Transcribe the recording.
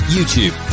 YouTube